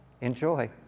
Enjoy